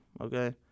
okay